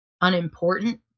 unimportant